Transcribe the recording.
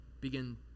begin